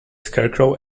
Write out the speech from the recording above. scarecrow